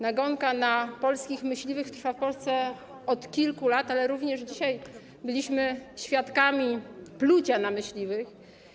Nagonka na polskich myśliwych trwa w Polsce od kilku lat, ale również dzisiaj byliśmy świadkami plucia na myśliwych.